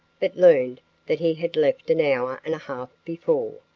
but learned that he had left an hour and a half before,